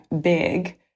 big